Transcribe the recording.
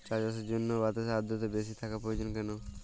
চা চাষের জন্য বাতাসে আর্দ্রতা বেশি থাকা প্রয়োজন কেন?